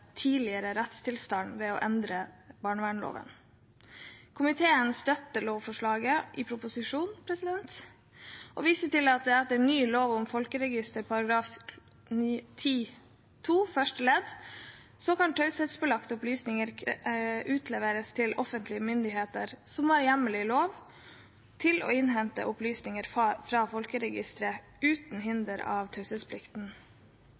tidligere rettstilstand ved å endre barnevernloven. Komiteen støtter lovforslaget i proposisjonen, og viser til at etter ny lov om folkeregistrering § 10-2 første ledd kan såkalte taushetsbelagte opplysninger utleveres til offentlige myndigheter som har hjemmel i lov til å innhente opplysninger fra folkeregisteret uten